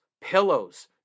pillows